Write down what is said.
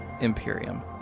Imperium